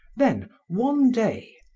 then, one day,